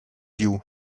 you